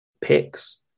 picks